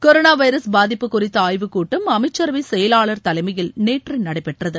corona virus பாதிப்பு குறித்த ஆய்வு கூட்டம் அமைச்சரவை செயலாளர் தலைமையில் நேற்று நடைபெற்றது